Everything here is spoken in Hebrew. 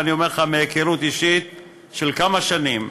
ואני אומר לך מהיכרות אישית של כמה שנים,